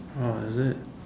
ah is it